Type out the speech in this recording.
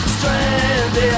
Stranded